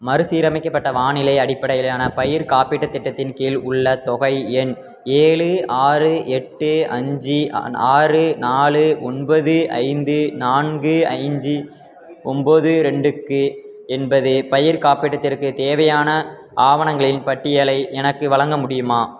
மறுசீரமைக்கப்பட்ட வானிலை அடிப்படையிலான பயிர் காப்பீட்டுத் திட்டத்தின் கீழ் உள்ள தொகை எண் ஏழு ஆறு எட்டு அஞ்சு ஆறு நாலு ஒன்பது ஐந்து நான்கு ஐஞ்சு ஒம்போது ரெண்டுக்கு என்பது பயிர்க் காப்பிட்டதிற்கு தேவையான ஆவணங்களின் பட்டியலை எனக்கு வழங்க முடியுமா